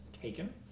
taken